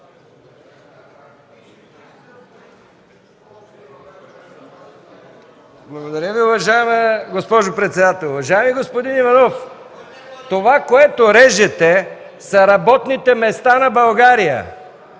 Благодаря Ви, уважаема госпожо председател. Уважаеми господин Иванов, това, което режете, са работните места на България!